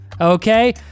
okay